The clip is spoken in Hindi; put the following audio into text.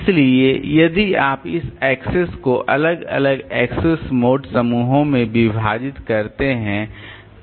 इसलिए यदि आप इस एक्सेस को अलग अलग एक्सेस मोड समूहों में विभाजित करते हैं